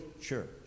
church